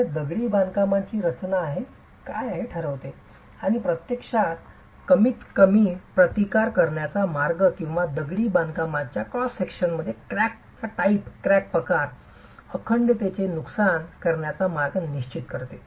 तर ते दगडी बांधकामाची रचना काय आहे हे ठरवते आणि हे प्रत्यक्षात कमीतकमी प्रतिकार करण्याचा मार्ग किंवा दगडी बांधकामाच्या क्रॉस विभागांमध्ये क्रॅक प्रसार आणि अखंडतेचे नुकसान करण्याचा मार्ग निश्चित करते